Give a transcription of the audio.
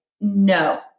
no